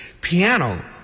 piano